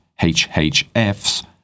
HHFs